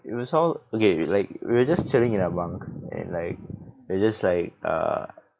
it was all okay like we we're just chilling in our bunk and like we're just like uh